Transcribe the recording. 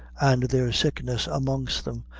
and there's sickness amongst them,